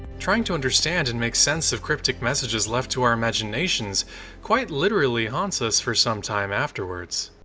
trying to understand and make sense of cryptic messages left to our imaginations quite literally haunts us for some time afterwards.